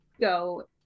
go